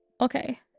okay